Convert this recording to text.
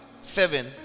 seven